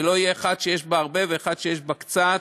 ולא תהיה אחת שיש בה הרבה ואחת שיש בה קצת.